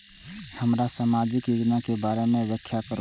हमरा सामाजिक योजना के बारे में व्याख्या करु?